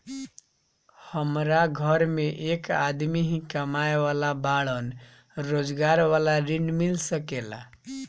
हमरा घर में एक आदमी ही कमाए वाला बाड़न रोजगार वाला ऋण मिल सके ला?